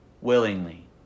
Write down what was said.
Willingly